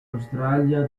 australia